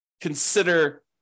consider